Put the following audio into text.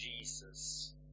Jesus